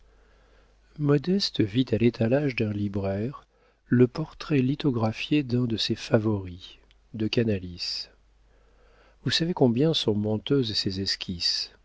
modeste vit à l'étalage d'un libraire le portrait lithographié d'un de ses favoris de canalis vous savez combien sont menteuses ces esquisses